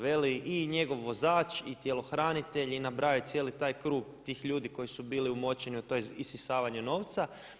Veli i njegov vozač, i tjelohranitelj, i nabrajao je cijeli taj krug tih ljudi koji su bili umočeni u to isisavanje novca.